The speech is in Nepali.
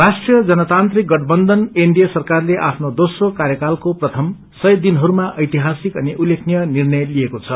राष्ट्रिय जनतान्त्रिक गठबन्धन सरकारले आफ्नो दोम्रो कार्यकालको प्रथम सय दिनहरूमा ऐतिहासिक अनि उल्लेखनीय निर्णय लिएको छ